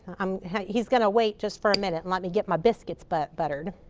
um he's going to wait just for a minute. and let me get my biscuits but buttered